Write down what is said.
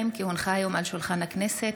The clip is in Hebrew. על שולחן הכנסת,